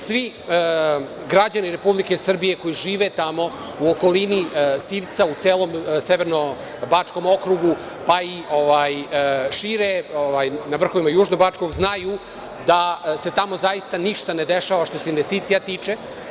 Svi građani Republike Srbije koji žive tamo, u okolini Sivca, u celom Severno-bačkom okrugu, pa i šire, na vrhovima Južno-bačkog, znaju da se tamo zaista ništa ne dešava što se investicija tiče.